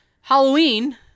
Halloween